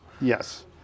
Yes